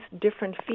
different